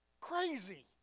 crazy